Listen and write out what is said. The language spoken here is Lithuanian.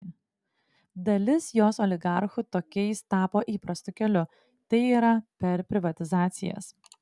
dalis jos oligarchų tokiais tapo įprastu keliu tai yra per privatizacijas